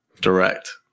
Direct